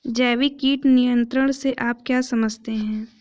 जैविक कीट नियंत्रण से आप क्या समझते हैं?